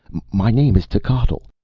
my name is techotl.